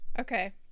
okay